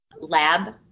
lab